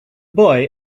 boy